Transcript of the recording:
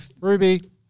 Ruby